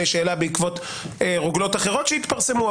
שאלה בעקבות רוגלות אחרות שהתפרסמו,